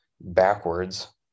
backwards